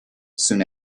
soon